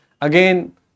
again